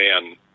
man